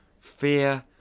Fear